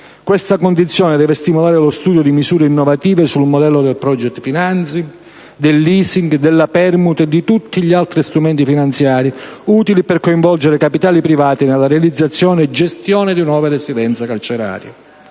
questa condizione deve stimolare lo studio di misure innovative, sul modello del *project financing*, del *leasing*, della permuta e di tutti gli altri strumenti finanziari utili per coinvolgere capitali privati nella realizzazione e gestione di nuove residenze carcerarie.